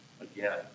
again